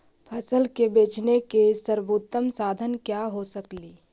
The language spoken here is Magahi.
फसल के बेचने के सरबोतम साधन क्या हो सकेली?